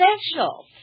special